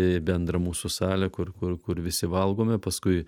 į bendrą mūsų salę kur kur kur visi valgome paskui